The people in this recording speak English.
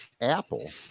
Apple